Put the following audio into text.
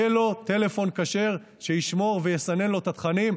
יהיה לו טלפון כשר שישמור ויסנן לו את התכנים.